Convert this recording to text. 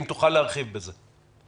האם תוכל להרחיב על זה?